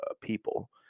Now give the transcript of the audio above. people